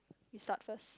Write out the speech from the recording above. we start first